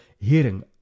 hearing